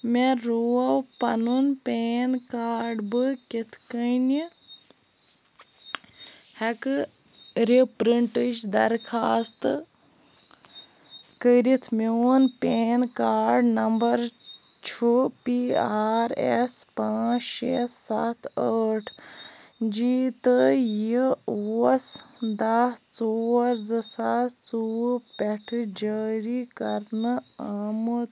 مےٚ رُوو پنُن پین کارڈ بہٕ کِتھ کٔنۍ ہیٚکہٕ رِپرٛنٹٕچ درخوٛاست کٔرتھ میٛون پین کارڈ نمبر چھُ پی آر ایٚس پانژھ شےٚ سَتھ ٲٹھ جی تہٕ یہِ اوس دَہ ژور زٕ ساس ژوٚوُہ پٮ۪ٹھ جٲری کرنہٕ آمُت